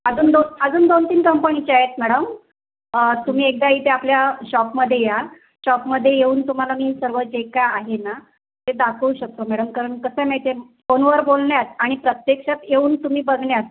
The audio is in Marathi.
अजून दो अजून दोन तीन कंपनीच्या आहेत मॅडम तुम्ही एकदा इथे आपल्या शॉपमध्ये या शॉपमध्ये येऊन तुम्हाला मी सर्व जे काय आहे ना ते दाखवू शकतो मॅडम कारण कसं आहे माहिती आहे फोनवर बोलण्यात आणि प्रत्यक्षात येऊन तुम्ही बघण्यात